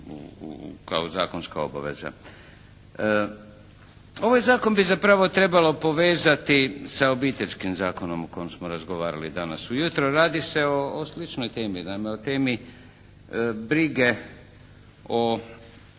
kao zakonska obaveza. Ovaj zakon bi zapravo trebalo povezati sa Obiteljskim zakonom o kojem smo razgovarali danas u jutro. Radi se o sličnoj temi, naime o temi brige o